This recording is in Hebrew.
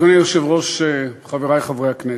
אדוני היושב-ראש, חברי חברי הכנסת,